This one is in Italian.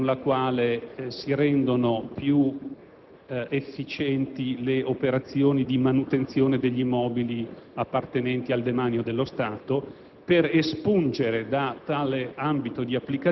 dell'articolo 79 della norma con la quale si rendono più efficienti le operazioni di manutenzione degli immobili appartenenti al demanio dello Stato,